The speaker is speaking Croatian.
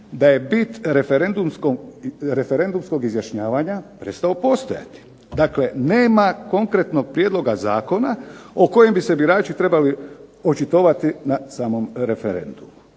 da je bit referendumskog izjašnjavanja prestao postojati. Dakle nema konkretnog prijedloga zakona o kojem bi se birači trebali očitovati na samom referendumu.